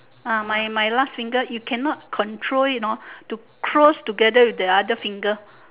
ah my my last finger you cannot control you know to close together with the other finger